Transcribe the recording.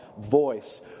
voice